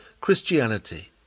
Christianity